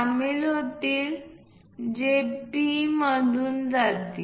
सामील होतील J P मधून जातील